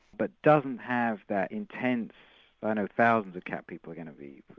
but doesn't have that intense i know thousands of cat people are going to be